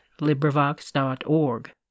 LibriVox.org